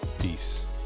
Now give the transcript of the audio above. Peace